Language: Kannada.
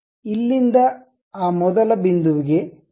ಇಲ್ಲಿಂದ ಆ ಮೊದಲ ಬಿಂದುವಿಗೆ 0